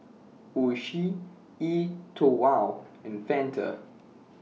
Oishi E TWOW and Fanta